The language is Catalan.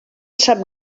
sap